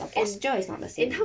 the posture is not the same